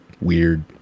weird